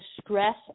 stress